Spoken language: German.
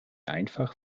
einfach